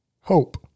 Hope